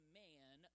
man